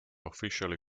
officially